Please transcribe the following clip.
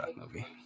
movie